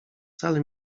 wcale